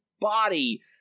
body